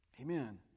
Amen